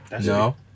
No